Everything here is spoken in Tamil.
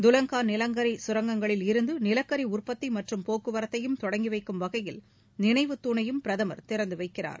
துவங்கா நிலக்கரி கரங்கங்களில் இருந்து நிலக்கரி உற்பத்தி மற்றும் போக்குவரத்தையும் தொடங்கி வைக்கும் வகையில் நினைவுதூணையும் பிரதமர் திறந்து வைக்கிறார்